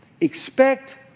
expect